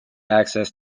access